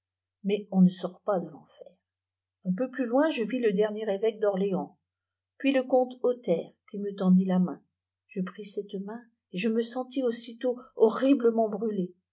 mai on ne sort pas da l'enfer un peu plus loin je vis le dernier évoque d'orléans puis le comte othaire qui me tendit la main je pris cette main et je me sentis aussitôt horriblement brûlé